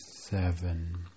seven